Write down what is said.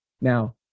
Now